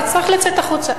תצטרך לצאת החוצה.